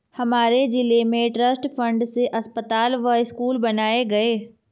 हमारे जिले में ट्रस्ट फंड से अस्पताल व स्कूल बनाए गए